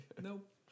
Nope